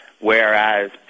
whereas